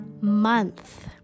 month